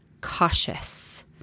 cautious